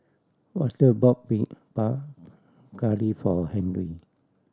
Walter bought Curry for Henry